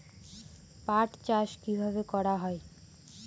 পাট চাষ কীভাবে করা হয়?